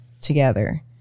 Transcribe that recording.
together